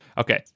Okay